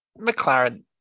McLaren